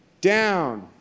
down